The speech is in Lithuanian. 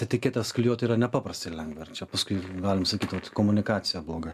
etiketes klijuot yra nepaprastai lengva ir čia paskui galim sakyt kad komunikacija bloga